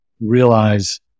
realize